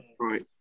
right